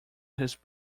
his